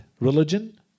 religion